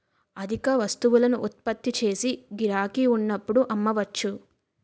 అధిక వస్తువులను ఉత్పత్తి చేసి గిరాకీ ఉన్నప్పుడు అమ్మవచ్చు